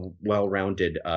well-rounded